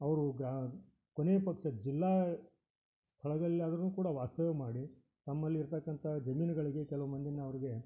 ಅವರು ಗ್ರಾ ಕೊನೆಯ ಪಕ್ಷ ಜಿಲ್ಲಾ ಸ್ಥಳದಲ್ಲಿ ಆದರೂನೂ ಕೂಡ ವಾಸ್ತವ್ಯ ಮಾಡಿ ನಮ್ಮಲ್ಲಿ ಇರ್ತಕ್ಕಂಥ ಜಮೀನುಗಳಿಗೆ ಕೆಲವು ಮಂದೀನ ಅವರಿಗೆ